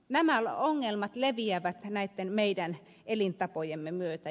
nämä ongelmat leviävät näitten meidän elintapojemme myötä